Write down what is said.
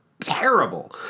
terrible